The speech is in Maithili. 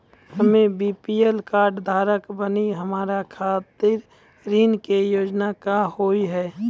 हम्मे बी.पी.एल कार्ड धारक बानि हमारा खातिर ऋण के योजना का होव हेय?